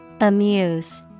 Amuse